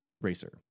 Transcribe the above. racer